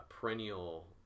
perennial